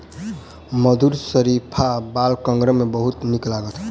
मधुर शरीफा बालकगण के बहुत नीक लागल